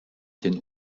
den